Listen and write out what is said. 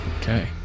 Okay